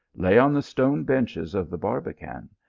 lay on the stone benches of the barbican,